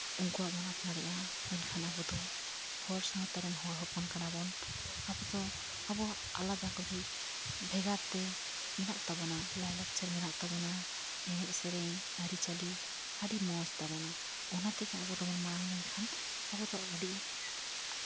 ᱩᱱᱠᱩᱣᱟᱜ ᱵᱚᱱ ᱟᱯᱱᱟᱨᱮᱫᱟ ᱢᱮᱱᱠᱷᱟᱱ ᱟᱵᱚᱫᱚ ᱦᱚᱲ ᱥᱟᱶᱛᱟ ᱨᱮᱱ ᱦᱚᱲ ᱦᱚᱯᱚᱱ ᱠᱟᱱᱟᱵᱚᱱ ᱟᱵᱚ ᱫᱚ ᱟᱵᱚᱣᱟᱜ ᱟᱞᱟᱫᱟ ᱠᱚᱨᱮ ᱵᱷᱮᱜᱟᱨ ᱛᱮ ᱢᱮᱱᱟᱜ ᱛᱟᱵᱚᱱᱟ ᱞᱟᱭᱼᱞᱟᱠᱪᱟᱨ ᱢᱮᱱᱟᱜ ᱛᱟᱵᱚᱱᱟ ᱮᱱᱮᱡ ᱥᱮᱨᱮᱧ ᱟᱹᱨᱤᱪᱟᱹᱞᱤ ᱟᱹᱰᱤ ᱢᱚᱡᱽ ᱛᱟᱵᱚᱱᱟ ᱚᱱᱟ ᱛᱮᱜᱮ ᱟᱵᱚ ᱫᱚᱵᱚᱱ ᱢᱟᱲᱟᱝ ᱞᱮᱱᱠᱷᱟᱱ ᱟᱵᱚ ᱫᱚ ᱟᱹᱰᱤ